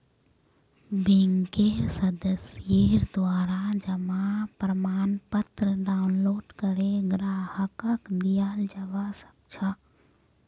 बैंकेर सदस्येर द्वारा जमा प्रमाणपत्र डाउनलोड करे ग्राहकक दियाल जबा सक छह